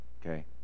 Okay